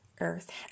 earth